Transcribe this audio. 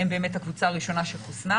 הם באמת הקבוצה הראשונה שחוסנה.